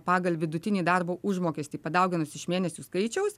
pagal vidutinį darbo užmokestį padauginus iš mėnesių skaičiaus